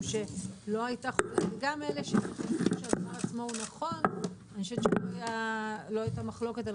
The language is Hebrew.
שגם אלה שחושבים שהדבר עצמו הוא נכון אני חושבת שלא הייתה מחלוקת על